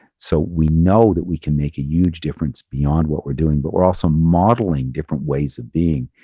so we know that we can make a huge difference beyond what we're doing, but we're also modeling different ways of being.